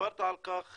דיברת על כך